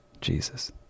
Jesus